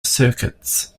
circuits